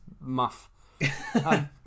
muff